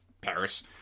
Paris